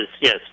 yes